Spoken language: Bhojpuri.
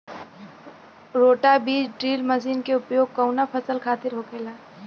रोटा बिज ड्रिल मशीन के उपयोग कऊना फसल खातिर होखेला?